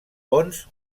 ponç